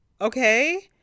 okay